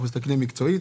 אנחנו מסתכלים מקצועית.